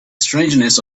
strangeness